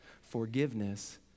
Forgiveness